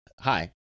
hi